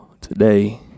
Today